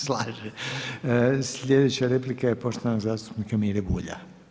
Slijedeća replika je poštovanog zastupnika Mire Bulja.